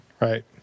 Right